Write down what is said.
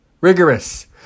rigorous